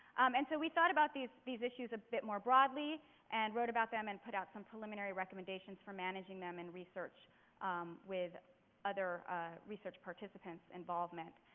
and so we thought about these these issues a bit more broadly and wrote about them and put out some preliminary recommendations for managing them in research with other research participants' involvement.